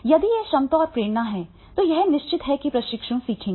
यदि यह क्षमता और प्रेरणा है तो यह निश्चित है कि प्रशिक्षु सीखेंगे